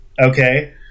Okay